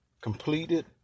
completed